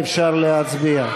אפשר להצביע.